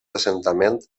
assentament